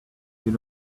you